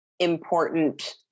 important